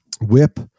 whip